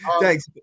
Thanks